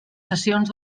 sessions